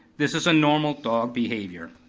this is a normal dog behavior.